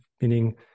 meaning